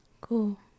Cool